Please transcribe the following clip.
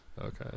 okay